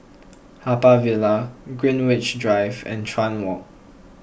Haw Par Villa Greenwich Drive and Chuan Walk